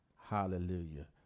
Hallelujah